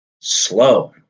slow